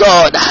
God